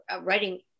writing